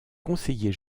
conseiller